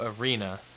Arena